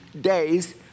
days